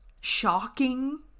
shocking